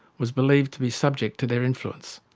was believed to be subject to their influence.